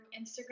Instagram